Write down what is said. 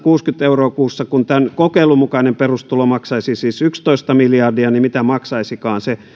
euroa kuussa kun tämän kokeilun mukainen perustulo maksaisi siis yksitoista miljardia niin mitä maksaisikaan se